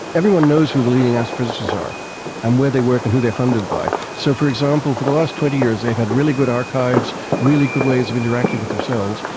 everyone knows who the leading astrophysicists are and where they work and who they are funded by. so, for example, for the last twenty years they've had really good archives, really good ways of interacting with themselves,